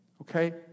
Okay